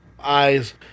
eyes